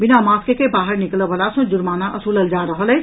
बिना मास्क के बाहर निकलय वला सॅ जुर्माना असूलल जा रहल अछि